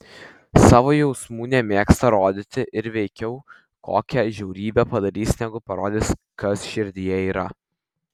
savo jausmų nemėgsta rodyti ir veikiau kokią žiaurybę padarys negu parodys kas širdyje yra